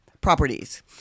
properties